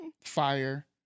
Fire